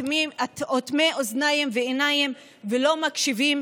אוטמים אוזניים ועיניים ולא מקשיבים